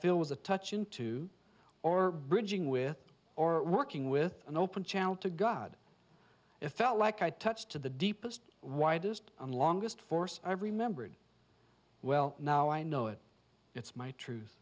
feel was a touch into or bridging with or working with an open channel to god if felt like i touched to the deepest why dissed on longest force i've remembered well now i know it it's my truth